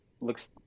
looks